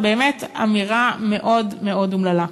באמת אמירה מאוד מאוד אומללה.